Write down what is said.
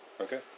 Okay